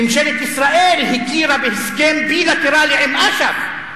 ממשלת ישראל הכירה בהסכם בילטרלי עם אש"ף,